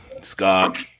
Scott